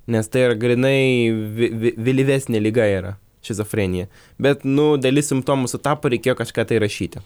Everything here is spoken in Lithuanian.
nes tai yra grynai vė vė vėlyvesnė liga yra šizofrenija bet nu dalis simptomų sutapo reikėjo kažką tai rašyti